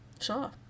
Sure